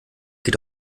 geht